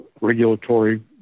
regulatory